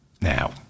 now